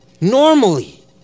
Normally